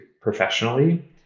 professionally